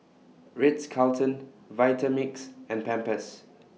Ritz Carlton Vitamix and Pampers